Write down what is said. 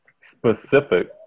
specific